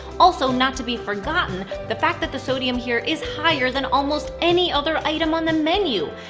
also, not to be forgotten the fact that the sodium here is higher than almost any other item on the menu!